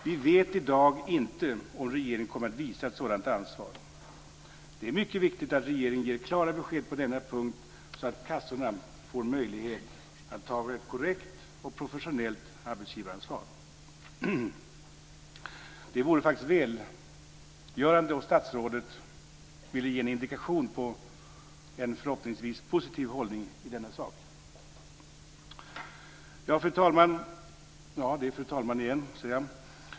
Vi vet i dag inte om regeringen kommer att visa ett sådant ansvar. Det är mycket viktigt att regeringen ger klara besked på denna punkt så att kassorna får möjlighet att ta ett korrekt och professionellt arbetsgivaransvar. Det vore välgörande om statsrådet ville ge en indikation på en förhoppningsvis positiv hållning i denna sak. Fru talman!